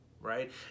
right